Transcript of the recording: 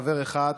חבר אחד,